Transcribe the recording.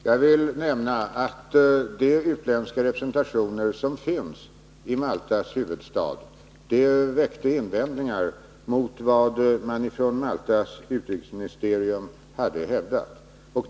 Herr talman! Jag vill nämna att de utländska representationer som finns i Maltas huvudstad reste invändningar mot vad man från Maltas utrikesministerium hade hävdat.